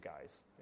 guys